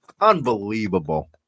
Unbelievable